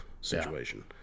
situation